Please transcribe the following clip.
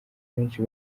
benshi